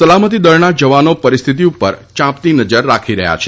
સલામતી દળના જવાનો પરિસ્થિતિ ઉપર ચાંપતી નજર રાખી રહ્યા છે